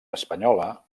espanyola